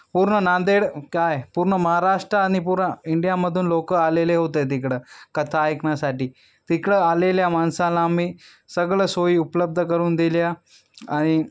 पूर्ण नांदेड काय आहे पूर्ण महाराष्ट्र आणि पुरा इंडियामधून लोकं आलेले होते तिकडं कथा ऐकण्यासाठी तिकडं आलेल्या माणसाला आम्ही सगळं सोयी उपलब्ध करून दिल्या आणि